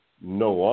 no